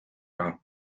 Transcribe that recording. raha